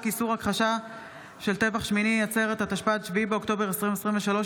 איסור הכחשה של טבח שמיני עצרת התשפ"ד (7 באוקטובר 2023),